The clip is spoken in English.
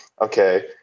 Okay